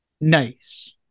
Nice